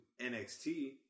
NXT